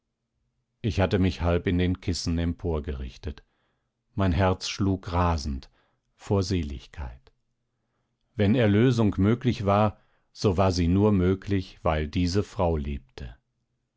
ich hatte mich halb in den kissen emporgerichtet mein herz schlug rasend vor seligkeit wenn erlösung möglich war so war sie nur möglich weil diese frau lebte